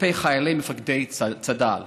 כלפי חיילי ומפקדי צד"ל.